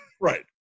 Right